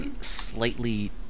slightly